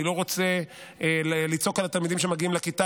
אני לא רוצה לצעוק על התלמידים שמגיעים לכיתה,